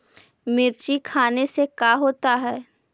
मिर्ची खाने से का होता है?